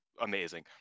amazing